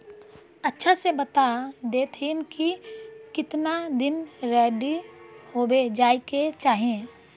अच्छा से बता देतहिन की कीतना दिन रेडी होबे जाय के चही?